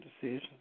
decisions